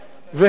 והם